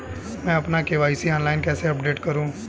मैं अपना KYC online कैसे अपडेट करूँ?